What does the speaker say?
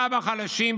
מכה בחלשים,